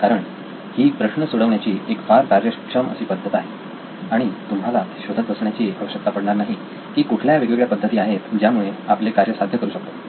कारण ही प्रश्न सोडवण्याची एक फार कार्यक्षम अशी पद्धत आहे आणि तुम्हाला हे शोधत बसायची आवश्यकता पडणार नाही की कुठल्या वेगवेगळ्या पद्धती आहेत ज्यामुळे आपण आपले कार्य साध्य करू शकतो